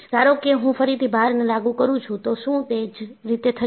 ધારો કે હું ફરીથી ભારને લાગુ કરું છું તો શું તે જ રીતે થશે